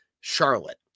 Charlotte